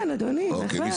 כן אדוני, בהחלט.